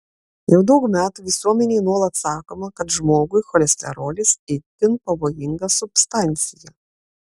jau daug metų visuomenei nuolat sakoma kad žmogui cholesterolis itin pavojinga substancija